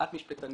את משפטנית.